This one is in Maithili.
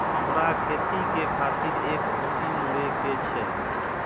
हमरा खेती के खातिर एक मशीन ले के छे?